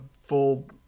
full